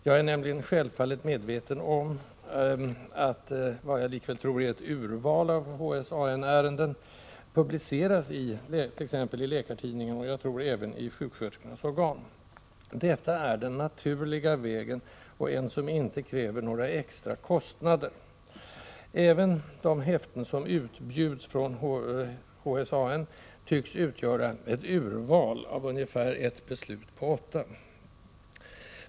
Jag är nämligen självfallet medveten om att HSAN-ärenden publiceras it.ex. Läkartidningen och, som jag tror, även i sjuksköterskornas organ. Detta är den naturliga vägen och en väg som inte kräver några extra kostnader. Det som publiceras är likväl ett urval av HSAN-ärenden. Även de häften som utbjuds från HSAN tycks utgöra ett urval av ungefär ett beslut på åtta.